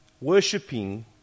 worshipping